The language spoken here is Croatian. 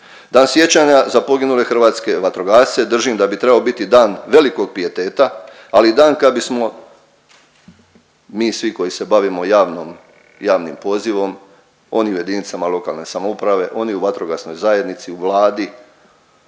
Dan sjećanja za poginule hrvatske vatrogasce držim da bi trebao biti dan velikog pijeteta, ali i dan kad bismo mi svi koji se bavimo javnim pozivom, oni u jedinicama lokalne samouprave, oni u vatrogasnoj zajednici, u Vladi,